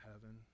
heaven